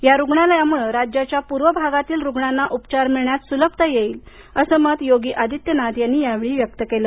या रुग्णालयामुळे राज्याच्या पूर्व भागातील रुग्णांना उपचार मिळण्यात सुलभता येईल असं मत योगी आदित्यनाथ यांनी या वेळी व्यक्त केलं